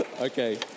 okay